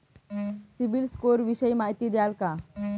CIBIL score विषयी माहिती द्याल का?